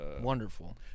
wonderful